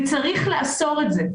וצריך לאסור את זה.